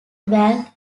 vault